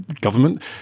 government